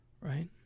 Right